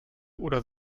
oder